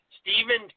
Stephen